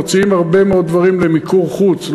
מוציאים הרבה מאוד דברים למיקור חוץ,